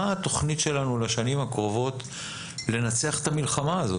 מה התוכנית שלנו לשנים הקרובות לנצח את המלחמה הזאת.